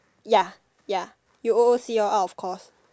ya ya you O_O_C out of course